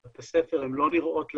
בבתי ספר, הן לא נראות לעין.